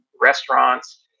restaurants